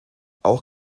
auch